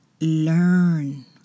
learn